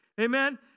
Amen